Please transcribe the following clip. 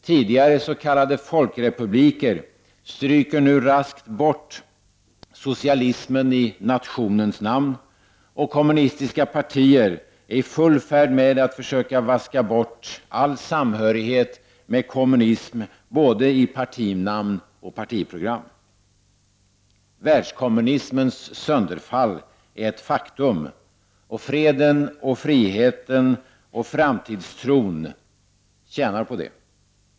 Tidigare s.k. folkrepubliker stryker nu raskt bort socialismen i nationens namn, och kommunistiska partier är i full färd med att försöka vaska bort all samhörighet med kommunismen i både partinamn och partiprogram. Världskommunismens sönderfall är ett faktum, och freden, friheten och framtidstron tjänar på det.